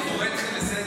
אנא.